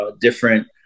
different